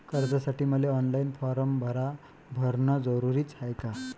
कर्जासाठी मले online form भरन जरुरीच हाय का?